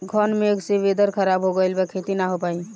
घन मेघ से वेदर ख़राब हो गइल बा खेती न हो पाई